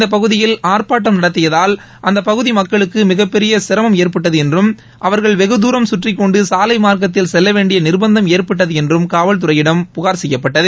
இந்த பகுதியில் ஆர்ப்பாட்டம் நடத்தியதால் அந்த பகுதி மக்களுக்கு மிகப்பெரும் சிரமம் ஏற்பட்டது என்றும் அவர்கள் வெகுதூரம் கற்றிக்கொண்டு சாலை மார்க்கத்தில் செல்ல வேண்டிய நிர்பந்தம் ஏற்பட்டது என்றும் காவல்துறையிடம் புகார் செய்யப்பட்டது